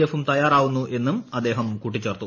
എഫും തയ്യാറാവുന്നു എന്നും അദ്ദേഹം കൂട്ടിച്ചേർത്തു